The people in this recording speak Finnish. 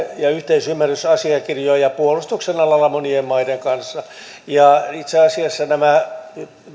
ja yhteisymmärrysasiakirjoja puolustuksen alalla monien maiden kanssa itse asiassa nämä